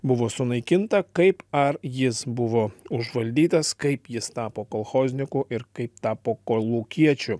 buvo sunaikinta kaip ar jis buvo užvaldytas kaip jis tapo kolchozniku ir kaip tapo kolūkiečiu